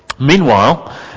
meanwhile